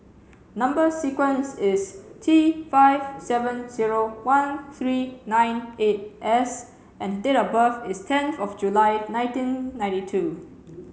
number sequence is T five seven zero one three nine eight S and date of birth is tenth July nineteen ninety two